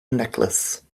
necklace